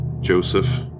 Joseph